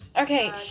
Okay